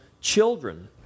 children